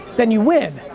then you win.